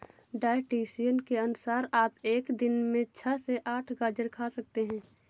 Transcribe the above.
dietitian के अनुसार आप एक दिन में छह से आठ गाजर खा सकते हैं